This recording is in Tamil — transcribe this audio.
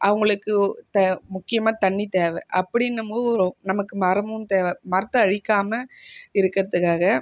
அவங்களுக்கு த முக்கியமாக தண்ணி தேவை அப்படின்னும் போது நமக்கு மரமும் தேவை மரத்தை அழிக்காமல் இருக்கிறதுக்காக